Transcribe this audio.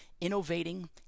Innovating